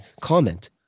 comment